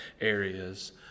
areas